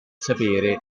sapere